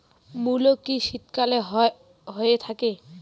মূলো কি শীতকালে হয়ে থাকে?